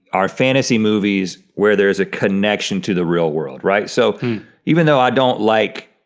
are fantasy movies where there's a connection to the real world, right? so even though i don't like,